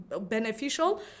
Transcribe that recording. beneficial